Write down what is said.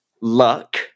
luck